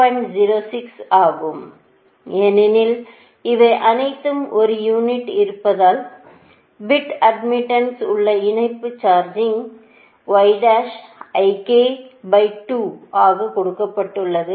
06 ஆகும் ஏனெனில் இவை அனைத்தும் ஒரு யூனிட்டில் இருப்பதால் பிட் அட்மிட்டன்ஸில் உள்ள இணைப்பு சார்ஜிங் ஆக கொடுக்கப்பட்டுள்ளது